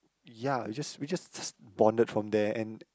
ya we just we just just bonded from there and